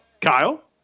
Kyle